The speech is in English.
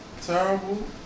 Terrible